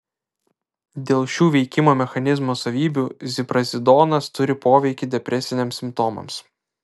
dėl šių veikimo mechanizmo savybių ziprazidonas turi poveikį depresiniams simptomams